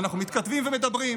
אנחנו מתכתבים ומדברים,